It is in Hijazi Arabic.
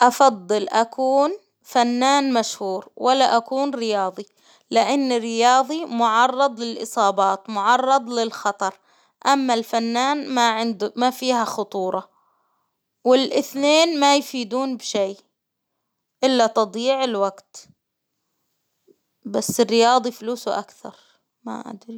أفضل أكون فنان مشهور، ولا أكون رياضي، لإن الرياضي معرض للإصابات معرض للخطر، أما الفنان ما عنده ، ما فيها خطورة، والإثنين ما يفيدون بشيء، إلا تضييع الوقت بس الرياضي فلوسه اكثر، ما أدري.